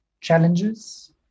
challenges